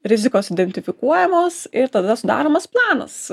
rizikos identifikuojamos ir tada sudaromas planas